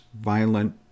violent